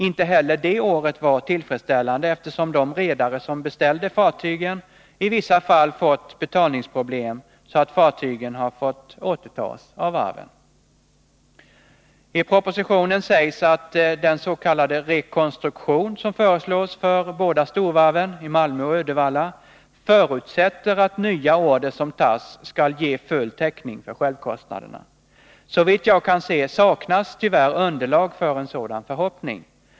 Inte heller det året var tillfredsställande, eftersom de redare som beställde fartygen i vissa fall fått betalningsproblem så att fartygen har fått återtas av varven. I propositionen sägs att den s.k. ”rekonstruktion” som föreslås för de båda storvarven i Malmö och Uddevalla förutsätter att nya order som tas skall ge full täckning för självkostnaderna. Såvitt jag kan se saknas tyvärr underlag för en sådan förhoppning.